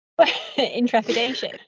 intrepidation